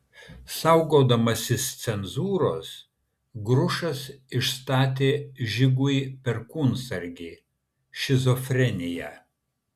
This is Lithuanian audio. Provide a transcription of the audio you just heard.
saugodamasis cenzūros grušas išstatė žigui perkūnsargį šizofreniją